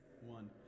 one